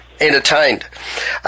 entertained